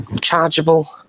chargeable